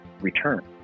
return